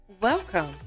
Welcome